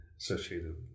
associated